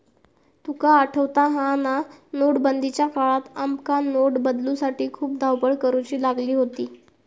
तुका आठवता हा ना, नोटबंदीच्या काळात आमका नोट बदलूसाठी खूप धावपळ करुची लागली होती